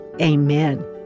Amen